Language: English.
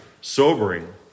sobering